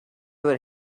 were